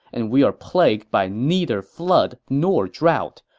and we're plagued by neither flood nor drought.